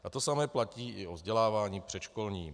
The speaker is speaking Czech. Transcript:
A to samé platí i o vzdělávání předškolním.